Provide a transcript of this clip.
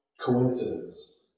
coincidence